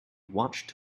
watched